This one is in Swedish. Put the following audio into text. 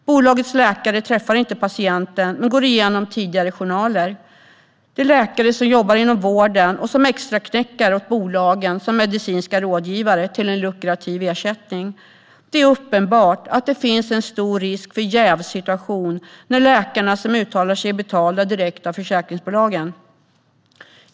Bolagets läkare träffar inte patienten men går igenom tidigare journaler. Det är läkare som jobbar inom vården som extraknäcker åt bolagen som medicinska rådgivare till en lukrativ ersättning. Det är uppenbart att det finns en stor risk för en jävssituation när de läkare som uttalar sig är betalda direkt av försäkringsbolagen.